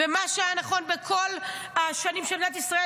ומה שהיה נכון בכל השנים של מדינת ישראל,